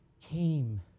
came